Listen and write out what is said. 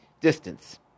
distance